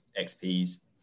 XP's